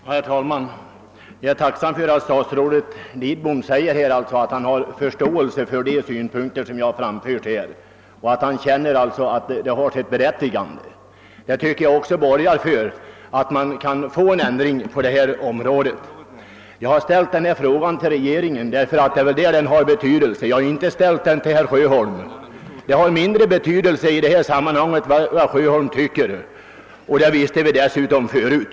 Herr talman! Jag är tacksam för att statsrådet Lidbom sade att han har förståelse för de synpunkter jag framfört, och att de har sitt berättigande. Detta tycker jag borgar för att man kan åstadkomma en ändring på detta område. Jag har ställt min interpellation till regeringen, därför att det är regering ens inställning som har betydelse; jag har inte ställt den till herr Sjöholm. Det har i detta sammanhang mindre betydelse vad herr "Sjöholm tycker — det visste vi redan förut.